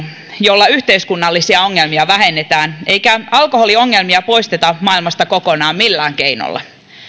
jolla yhteiskunnallisia ongelmia vähennetään eikä alkoholiongelmia poisteta maailmasta millään keinolla kokonaan